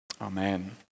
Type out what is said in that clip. amen